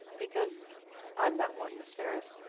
because i'm that one, miss ferris.